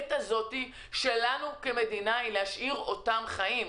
בעת הזו אנחנו כמדינה צריכים להשאיר אותם חיים.